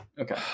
Okay